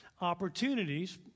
opportunities